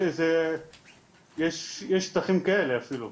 יש שטחים כאלה אפילו.